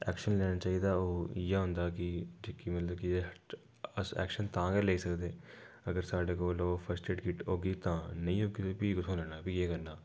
action लैना चाहिदा ओह् इ'यै होंदा कि जेह्की मतलब कि अस ऐक्शन तां गै लेई सकदे अगर साढ़े कोल ओह् फस्ट ऐड किट होगी तां नेईं होगी तां फ्ही कुत्थुआं लैना फ्ही केह् करना